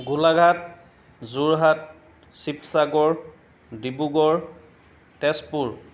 Golaghat Jorhat Sivasagar Dibrugarh Tezpur